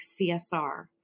CSR